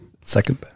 second